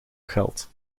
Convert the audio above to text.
geld